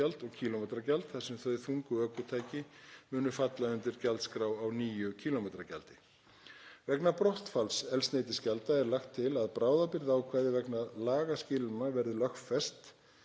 og kílómetragjald þar sem þau þungu ökutæki munu falla undir gjaldskrá á nýju kílómetragjaldi. Vegna brottfalls eldsneytisgjalda er lagt til að bráðabirgðaákvæði vegna lagaskilanna verði lögfest